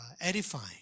edifying